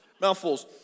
mouthfuls